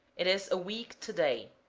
it is a week to-day.